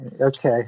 Okay